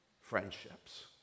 friendships